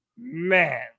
Man